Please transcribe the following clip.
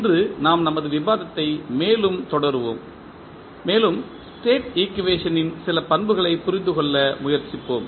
இன்று நாம் நமது விவாதத்தை மேலும் தொடருவோம் மேலும் ஸ்டேட் ஈக்குவேஷனின் சில பண்புகளை புரிந்து கொள்ள முயற்சிப்போம்